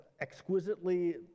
exquisitely